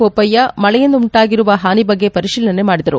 ಬೋಪಯ್ಯ ಮಳೆಯಿಂದ ಉಂಟಾಗಿರುವ ಹಾನಿ ಬಗ್ಗೆ ಪರಿತೀಲನೆ ಮಾಡಿದರು